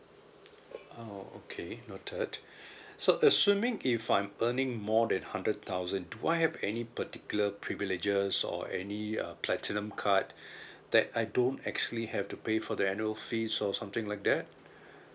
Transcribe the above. oh okay noted so assuming if I'm earning more than hundred thousand do I have any particular privileges or any uh platinum card that I don't actually have to pay for the annual fees or something like that